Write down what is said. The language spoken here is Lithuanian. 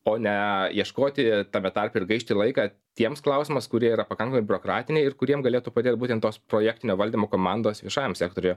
o ne ieškoti tame tarpe ir gaišti laiką tiems klausimas kurie yra pakankai biurokratiniai ir kuriem galėtų padėt būtent tos projektinio valdymo komandos viešajam sektoriuje